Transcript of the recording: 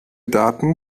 daten